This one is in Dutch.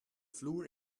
vloer